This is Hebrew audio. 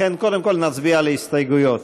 לכן קודם כול נצביע על ההסתייגויות.